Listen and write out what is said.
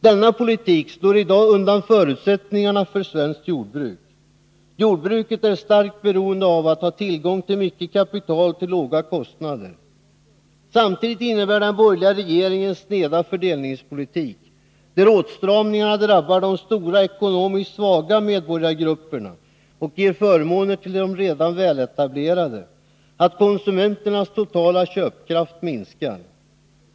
Denna politik slår i dag undan förutsättningarna för svenskt jordbruk. Jordbruket är starkt beroende av att ha tillgång till mycket kapital till låga kostnader. Samtidigt innebär den borgerliga regeringens sneda fördelningspolitik, där åtstram 25 ningarna drabbar de stora, ekonomiskt svaga medborgargrupperna och ger förmåner till de redan väletablerade, att konsumenternas totala köpkraft minskar.